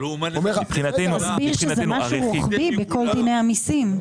זה משהו רוחבי בכל דיני המיסים.